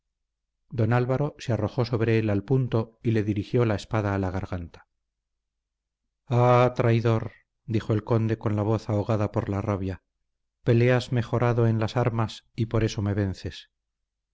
don álvaro se arrojó sobre él al punto y le dirigió la espada a la garganta ah traidor dijo el conde con la voz ahogada por la rabia peleas mejorado en las armas y por eso me vences